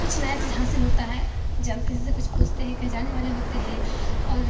کچھ نیا چیز حاصل ہوتا ہے جب ہم کسی سے کچھ پوچھتے ہیں کہیں جانے والے ہوتے ہیں اور